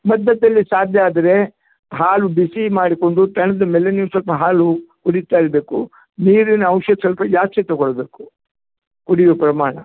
ಮಧ್ಯಮಧ್ಯದಲ್ಲಿ ಸಾಧ್ಯ ಆದರೆ ಹಾಲು ಬಿಸಿ ಮಾಡಿಕೊಂಡು ತಣ್ದ ಮೇಲೆ ನೀವು ಸ್ವಲ್ಪ ಹಾಲು ಕುಡೀತ ಇರಬೇಕು ನೀರಿನ ಅಂಶ ಸ್ವಲ್ಪ ಜಾಸ್ತಿ ತೊಗೊಳ್ಬೇಕು ಕುಡಿಯುವ ಪ್ರಮಾಣ